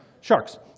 Sharks